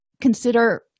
consider